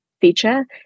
feature